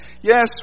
Yes